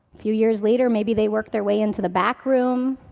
few years later, maybe they work their way into the back room,